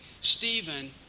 Stephen